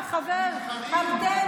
הם נבחרים.